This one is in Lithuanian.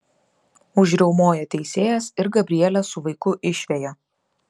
užriaumoja teisėjas ir gabrielę su vaiku išveja